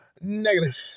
Negative